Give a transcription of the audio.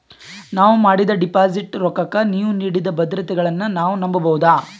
ನಾವು ಮಾಡಿದ ಡಿಪಾಜಿಟ್ ರೊಕ್ಕಕ್ಕ ನೀವು ನೀಡಿದ ಭದ್ರತೆಗಳನ್ನು ನಾವು ನಂಬಬಹುದಾ?